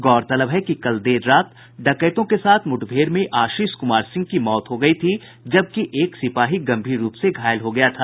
गौरतलब है कि कल देर रात डकैतों के साथ मुठभेड़ में आशीष कुमार सिंह की मौत हो गयी थी जबकि एक सिपाही गंभीर रूप से घायल हो गया था